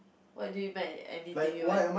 what do you by anything you want